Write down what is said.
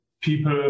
people